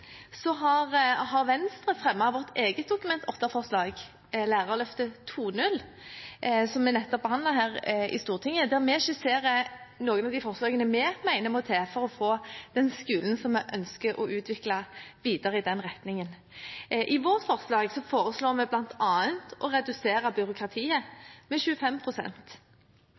Så er det viktig for oss at vi gjennom skolen kan bidra til å flytte verden og samfunnet videre og framover. For å oppnå det har vi i Venstre fremmet vårt eget Dokument 8-forslag, Lærerløftet 2.0, som vi nettopp har behandlet her i Stortinget, der vi skisserer noen av de tiltakene vi mener må til for å utvikle skolen videre i den retningen vi